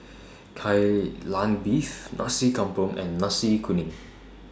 Kai Lan Beef Nasi Campur and Nasi Kuning